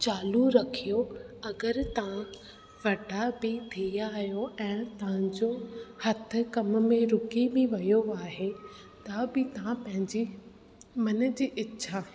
चालू रखो अगरि तव्हां वॾा बि थिया आहियो ऐं तव्हांजो हथु कम में रुकी बि वियो आहे त बि तव्हां पंहिंजी मन जी इछा